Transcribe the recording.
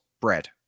bread